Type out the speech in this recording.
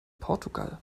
portugal